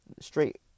straight